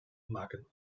maken